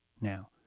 Now